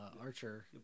Archer